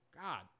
God